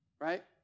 right